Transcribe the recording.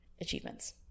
achievements